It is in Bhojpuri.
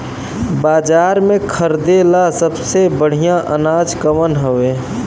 बाजार में खरदे ला सबसे बढ़ियां अनाज कवन हवे?